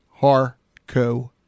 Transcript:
harco